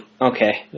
Okay